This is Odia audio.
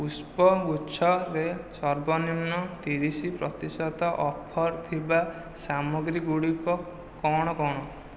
ପୁଷ୍ପ ଗୁଚ୍ଛ ରେ ସର୍ବନିମ୍ନ ତିରିଶ ପ୍ରତିଶତ ଅଫର୍ ଥିବା ସାମଗ୍ରୀ ଗୁଡ଼ିକ କ'ଣ କ'ଣ